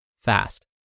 fast